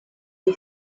you